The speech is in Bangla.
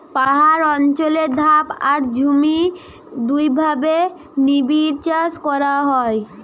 পাহাড় অঞ্চলে ধাপ আর ঝুম ঔ দুইভাবে নিবিড়চাষ করা হয়